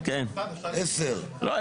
10. לא,